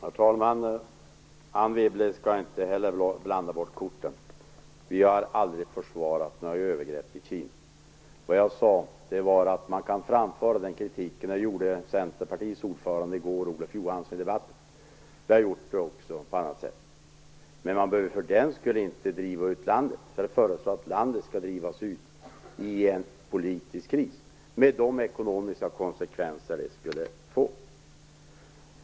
Herr talman! Anne Wibble skall inte heller blanda bort korten. Vi har aldrig försvarat några övergrepp i Kina. Vad jag sade var att man kan framföra kritik; det gjorde centerpartiets ordförande Olof Johansson i debatten i går. Vi har framfört kritik på annat sätt också. Man behöver ju för den skull inte driva ut landet i en politisk kris med de ekonomiska konsekvenser det skulle få.